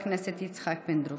חבר הכנסת יצחק פינדרוס.